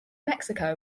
mexico